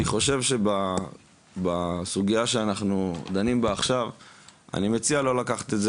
אני חושב שבסוגיה שאנחנו דנים בה עכשיו אני מציע לא לקחת את זה,